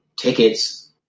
tickets